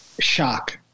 shock